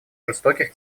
жестоких